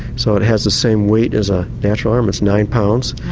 so it has the same weight as a natural arm, it's nine lbs,